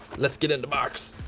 let's get in the box.